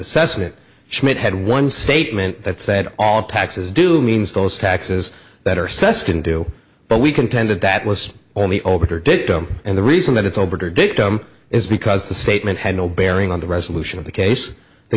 assessment schmidt had one statement that said all taxes do means those taxes that are suskind do but we contend that that was only over dictum and the reason that it's obiter dictum is because the statement had no bearing on the resolution of the case the